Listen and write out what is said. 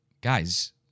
guys